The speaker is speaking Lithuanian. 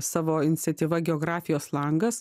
savo iniciatyva geografijos langas